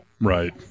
Right